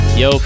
yo